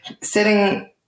sitting